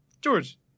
George